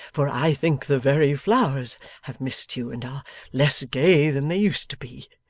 for i think the very flowers have missed you, and are less gay than they used to be.